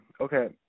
Okay